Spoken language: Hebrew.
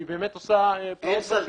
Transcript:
והיא באמת עושה פלאות בשוק,